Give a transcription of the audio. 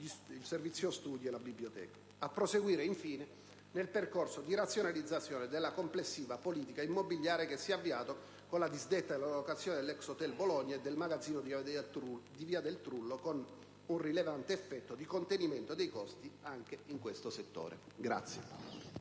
del bilancio, studi e biblioteca; a proseguire, infine, nel percorso di razionalizzazione della complessiva politica immobiliare, che si è avviato con la disdetta della locazione dell'ex hotel Bologna e del magazzino di via del Trullo, con un rilevante effetto di contenimento dei costi anche in questo settore.